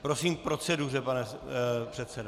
Prosím k proceduře, pane předsedo.